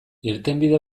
irtenbide